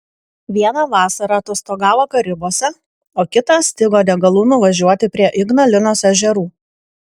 vieną vasarą atostogavo karibuose o kitą stigo degalų nuvažiuoti prie ignalinos ežerų